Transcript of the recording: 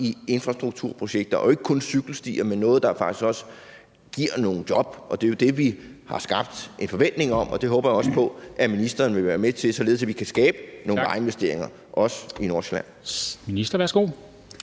i infrastrukturprojekter og jo ikke kun i cykelstier, men i noget, der faktisk også giver nogle job, og det er jo det, vi har skabt en forventning om. Det håber jeg også på at ministeren vil være med til, således at vi kan skabe nogle vejinvesteringer, også i Nordsjælland.